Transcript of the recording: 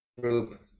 group